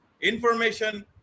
information